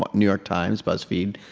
new york times, buzzfeed,